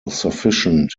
sufficient